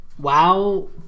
Wow